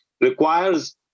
requires